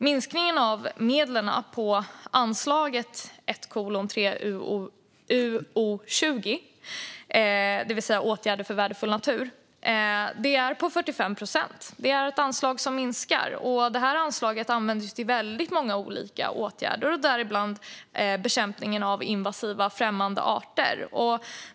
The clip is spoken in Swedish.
Minskningen av medlen i anslaget 1:3, utgiftsområde 20, det vill säga åtgärder för värdefull natur, är på 45 procent. Det är alltså ett anslag som minskar. Detta anslag används till väldigt många olika åtgärder, däribland bekämpningen av invasiva främmande arter.